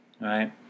right